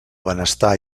benestar